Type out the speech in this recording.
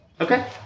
Okay